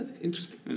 Interesting